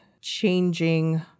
changing